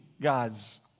God's